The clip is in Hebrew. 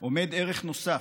עומד ערך נוסף,